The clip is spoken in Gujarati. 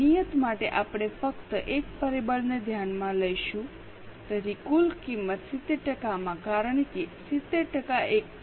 નિયત માટે આપણે ફક્ત એક પરિબળને ધ્યાનમાં લઈશું તેથી કુલ કિંમત 70 ટકામાં કારણ કે 70 ટકા 1